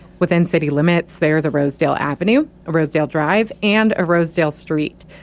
within city limits, there's a rosedale avenue, a rosedale drive, and a rosedale street.